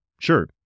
Sure